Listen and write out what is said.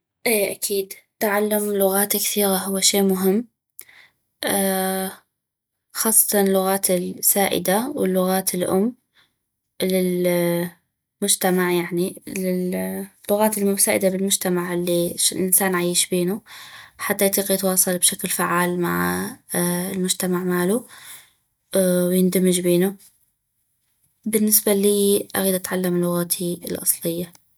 اي اكيد تعلم لغات كثيغة هو شي مهم خاصتا لغات السائدة واللغات الام للمجتمع يعني للغات السائدة بالمجتمع الي الانسان عيش بينو حتى يطيق يتواصل بشكل فعال مع المجتمع مالو ويندمج بينو بالنسبة لي اغيد اتعلم لغتي الاصلية